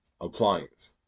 appliance